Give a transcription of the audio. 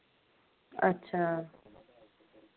अच्छा